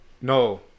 no